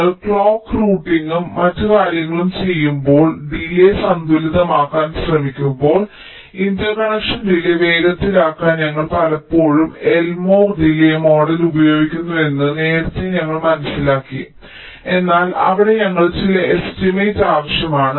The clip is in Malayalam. നിങ്ങൾ ക്ലോക്ക് റൂട്ടിംഗും മറ്റ് കാര്യങ്ങളും ചെയ്യുമ്പോൾ നിങ്ങൾ ഡിലേയ് സന്തുലിതമാക്കാൻ ശ്രമിക്കുമ്പോൾ ഇന്റർകണക്ഷൻ ഡിലേയ് വേഗത്തിലാക്കാൻ ഞങ്ങൾ പലപ്പോഴും എൽമോർ ഡിലേയ് മോഡൽ ഉപയോഗിക്കുന്നുവെന്ന് നേരത്തെ ഞങ്ങൾ മനസ്സിലാക്കി എന്നാൽ അവിടെ ഞങ്ങൾക്ക് ചില എസ്റ്റിമേറ്റ് ആവശ്യമാണ്